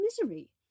misery